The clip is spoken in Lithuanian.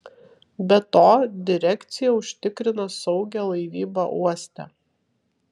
be to direkcija užtikrina saugią laivybą uoste